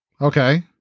okay